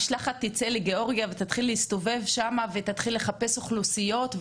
המשלחת תצא לגאורגיה ותתחיל להסתובב שם ולחפש אוכלוסיות?